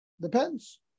Depends